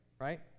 right